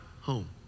home